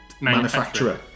manufacturer